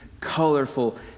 colorful